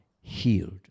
healed